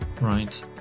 Right